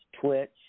Twitch